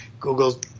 Google